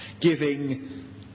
giving